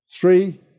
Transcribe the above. three